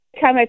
come